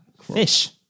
fish